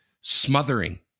smothering